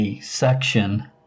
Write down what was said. section